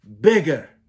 bigger